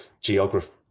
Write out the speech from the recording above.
geography